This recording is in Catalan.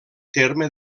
terme